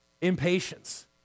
Impatience